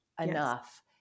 enough